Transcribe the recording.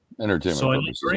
Entertainment